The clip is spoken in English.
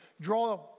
draw